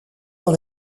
dans